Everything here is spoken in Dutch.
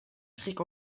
schrik